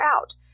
out